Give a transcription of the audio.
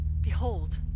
behold